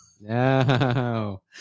No